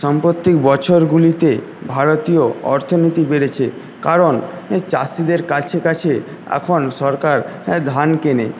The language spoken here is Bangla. সাম্প্রতিক বছরগুলিতে ভারতীয় অর্থনীতি বেড়েছে কারণ চাষিদের কাছে কাছে এখন সরকার ধান কেনে